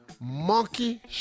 monkey